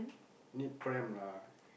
need pram lah